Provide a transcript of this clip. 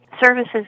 Services